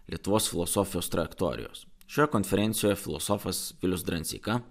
lietuvos filosofijos trajektorijos šią konferenciją filosofas vilius dranseika